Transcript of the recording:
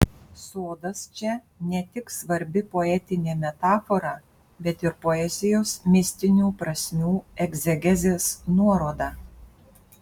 sodas čia ne tik svarbi poetinė metafora bet ir poezijos mistinių prasmių egzegezės nuoroda